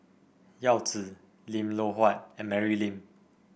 Yao Zi Lim Loh Huat and Mary Lim